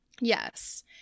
Yes